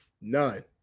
None